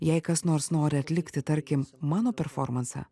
jei kas nors nori atlikti tarkim mano performansą